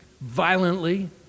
violently